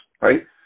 right